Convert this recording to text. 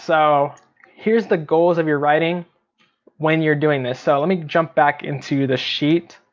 so here's the goals of your writing when you're doing this. so let me jump back into the sheet,